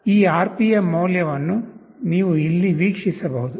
ಈ RPM ಮೌಲ್ಯವನ್ನು ನೀವು ಇಲ್ಲಿ ವೀಕ್ಷಿಸಬಹುದು